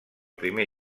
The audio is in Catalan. primer